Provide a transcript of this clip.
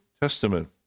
Testament